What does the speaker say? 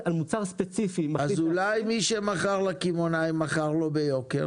אז אולי מי שמכר לקמעונאי מכר לו ביוקר?